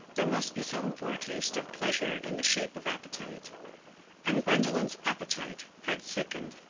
there must be some foretaste of pleasure in the shape of appetite and gwendolen's appetite had sickened.